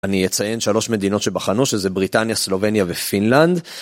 אני אציין שלוש מדינות שבחנו, שזה בריטניה, סלובניה ופינלנד.